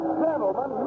gentlemen